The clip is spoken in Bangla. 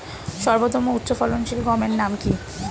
সর্বতম উচ্চ ফলনশীল গমের নাম কি?